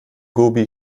gobi